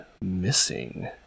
missing